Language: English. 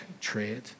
trade